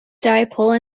dipole